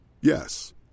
Yes